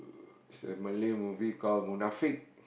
uh it's a Malay movie called Munafik